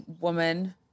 woman